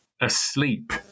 asleep